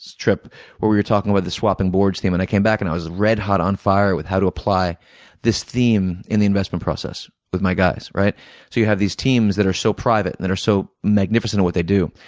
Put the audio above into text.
trip where we were talking about the swapping boards theme and i came back and i was red-hot on fire with how to apply this theme in the investment process with my guys. so you have these teams that are so private and that are so magnificent at what they do.